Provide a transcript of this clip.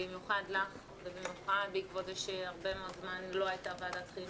במיוחד לך ובמיוחד בעקבות זה שהרבה זמן לא הייתה ועדת חינוך.